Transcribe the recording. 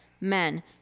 men